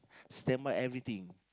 stand by everything